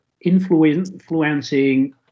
influencing